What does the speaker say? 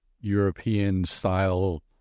European-style